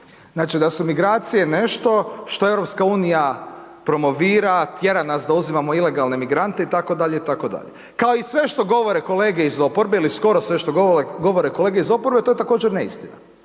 znači da su migracije nešto što EU promovira, tjera nas da uzimamo ilegalne migrante, kao i sve što govore kolege iz oporbe ili skoro sve što govore kolege iz oporbe to je također neistina.